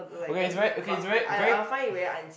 okay it's very okay it's very very